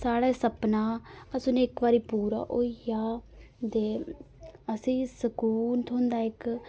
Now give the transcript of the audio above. साढ़ा सपना अस उनेंगी इक बारी पूरा होई गेआ ते असेंगी सकून थ्होंदा इक